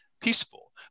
peaceful